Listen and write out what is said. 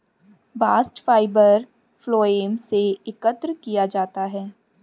bast fibre phloem से एकत्र किया जाता है